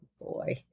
Boy